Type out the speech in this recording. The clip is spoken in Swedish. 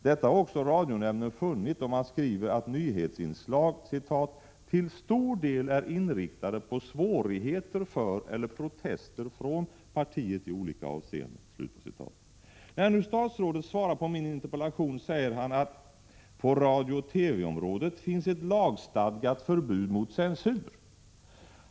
Detta har också radionämnden funnit, och man skriver att nyhetsinslag ”till stor del är inriktade på svårigheter för eller protester från partiet i olika avseenden”. När nu statsrådet svarar på min interpellation säger han att det på radiooch TV-området finns ett lagstadgat förbud mot censur.